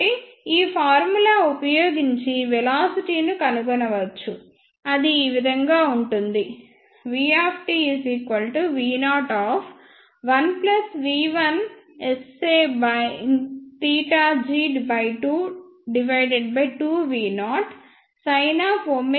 కాబట్టి ఈ ఫార్ములా ఉపయోగించి వెలాసిటీ ను కనుగొనవచ్చు అది ఈ విధంగా ఉంటుంది vtv01V1Sag22V0tg g2